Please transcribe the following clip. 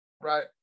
right